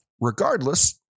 regardless